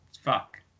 Fuck